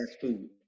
Food